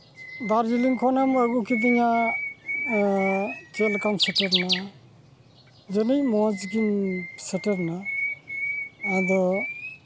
ᱫᱟᱨᱡᱤᱞᱤᱝ ᱠᱷᱚᱱᱮᱢ ᱟᱹᱜᱩ ᱠᱤᱫᱤᱧᱟ ᱪᱮᱫ ᱞᱮᱠᱟᱢ ᱥᱮᱴᱮᱨᱱᱟ ᱡᱟᱹᱱᱤᱡ ᱢᱚᱡᱽᱜᱮᱢ ᱥᱮᱴᱮᱨᱱᱟ ᱟᱫᱚ